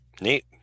Neat